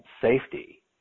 safety